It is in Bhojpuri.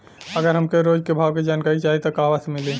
अगर हमके रोज के भाव के जानकारी चाही त कहवा से मिली?